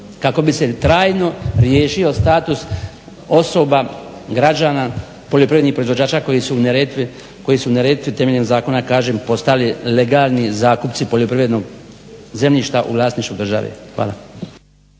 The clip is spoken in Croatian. kako bi se trajno riješio status osoba, građana, poljoprivrednih proizvođača koji su u Neretvi temeljem zakona kažem postali legalni zakupnici poljoprivrednog zemljišta u vlasništvu države. Hvala.